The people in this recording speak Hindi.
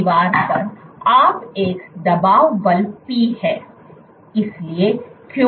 इस दीवार पर आप एक दबाव बल p है